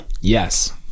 Yes